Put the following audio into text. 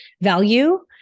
value